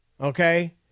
Okay